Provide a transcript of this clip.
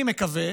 אני מקווה